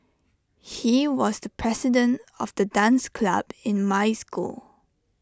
he was the president of the dance club in my school